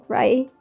right